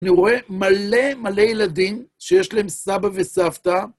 אני רואה מלא מלא ילדים שיש להם סבא וסבתא.